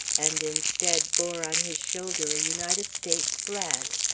and instead bore on his shoulder a united states flag.